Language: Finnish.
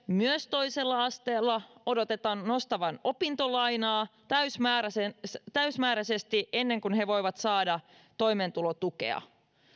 myös toisella asteella odotetaan nostavan opintolainaa täysimääräisesti täysimääräisesti ennen kuin he voivat saada toimeentulotukea